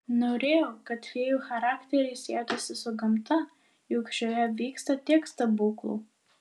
norėjau kad fėjų charakteriai sietųsi su gamta juk šioje vyksta tiek stebuklų